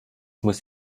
muss